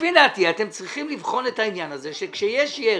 לפי דעתי אתם צריכים לבחון את העניין הזה שכאשר יש ירי,